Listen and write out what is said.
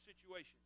situation